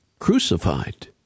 crucified